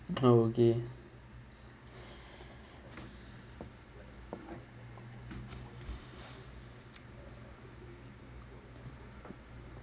oh okay